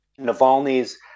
Navalny's